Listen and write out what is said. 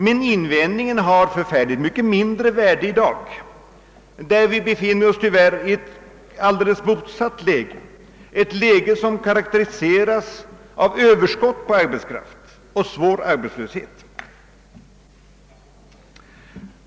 Men invändningen har ett oerhört mycket mindre värde i dag, när vi tyvärr befinner oss i ett alldeles motsatt läge som karakteriseras av överskott på arbetskraft och av svår arbetslöshet.